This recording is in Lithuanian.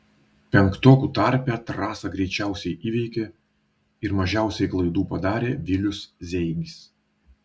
penktokų tarpe trasą greičiausiai įveikė ir mažiausiai klaidų padarė vilius zeigis